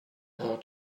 how